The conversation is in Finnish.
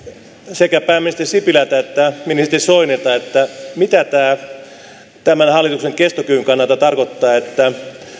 sekä pääministeri sipilältä että ministeri soinilta mitä tämän hallituksen kestokyvyn kannalta tarkoittaa että